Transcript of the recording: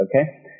Okay